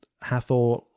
Hathor